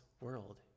world